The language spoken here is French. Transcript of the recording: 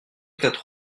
quatre